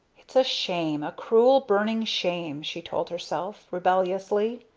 it's a shame, a cruel, burning shame! she told herself rebelliously.